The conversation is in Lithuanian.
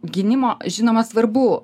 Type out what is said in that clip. gynimo žinoma svarbu